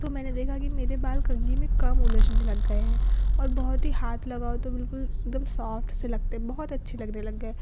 तो मैंने देखा कि मेरे बाल कंघी में कम उलझने लग गए हैं और बहुत ही हाथ लगाओ तो बिलकुल एक दम सॉफ़्ट से लगते बहुत अच्छे लगने लग गए